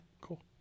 cool